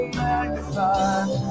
magnified